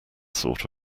sort